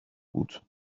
بود